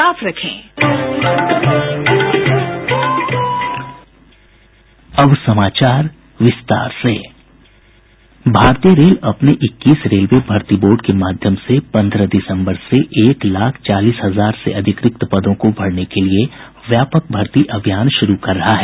sound bite भारतीय रेल अपने इक्कीस रेलवे भर्ती बोर्ड के माध्यम से पंद्रह दिसम्बर सेएक लाख चालीस हजार से अधिक पदों को भरने के लिए व्यापक भर्ती अभियान शुरू कर रहा है